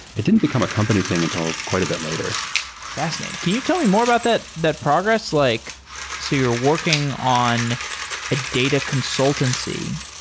it didn't become a company thing until quite a bit later fascinating. can you tell me more about that that progress? like so you're working on a data consultancy,